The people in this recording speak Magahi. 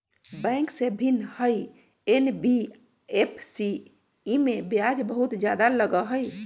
बैंक से भिन्न हई एन.बी.एफ.सी इमे ब्याज बहुत ज्यादा लगहई?